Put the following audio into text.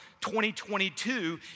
2022